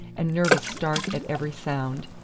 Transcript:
and nervous start at every sound,